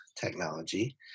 technology